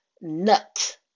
nut